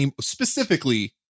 specifically